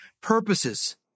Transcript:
purposes